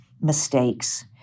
mistakes